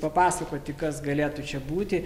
papasakoti kas galėtų čia būti